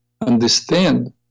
understand